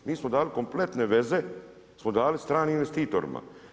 Mi smo dali kompletne veze smo dali stranim investitorima.